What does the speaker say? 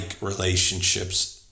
relationships